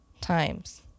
times